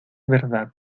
verdad